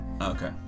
Okay